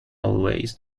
always